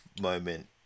moment